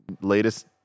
latest